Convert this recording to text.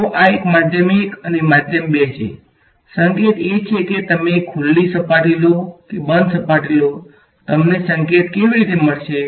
તો આ એક માધ્યમ ૧ અને ૨ છે સંકેત એ છે કે તમે ખુલ્લી સપાટી લો કે બંધ સપાટી લો તમને સંકેત કેવી રીતે મળશે